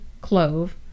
clove